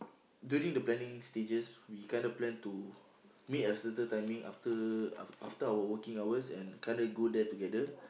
during the planning stages we kinda plan to meet at a certain timing after af~ after our working hours and kinda go there together